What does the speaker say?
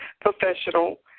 professional